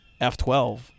F12